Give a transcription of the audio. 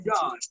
God